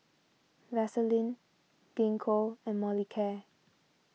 Vaselin Gingko and Molicare